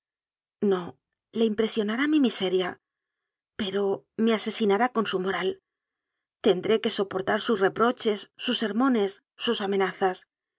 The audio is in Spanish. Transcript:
no le impresiona rá mi miseria pero me asesinará con su moral tendré que soportar sus reproches sus sermones sus amenazas